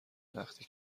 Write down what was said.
وقتی